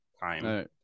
time